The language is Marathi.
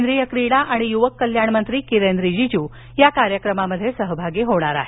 केंद्रीय क्रीडा आणि युवक कल्याणमंत्री किरेन रीजीजू या कार्यक्रमामध्ये सहभागी होणार आहेत